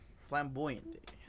Flamboyant